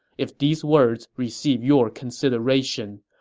if these words receive your consideration,